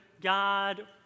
God